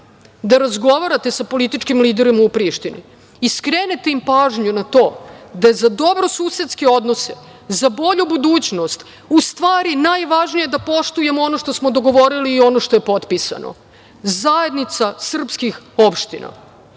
da razgovarate sa političkim liderima u Prištini i skrenete im pažnju na to da je za dobrosusedske odnose, za bolju budućnost u stvari najvažnije da poštujemo ono što smo dogovorili i ono što je potpisano - zajednica srpskih opština,